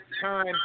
time